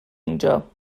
اونجا